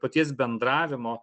paties bendravimo